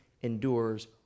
endures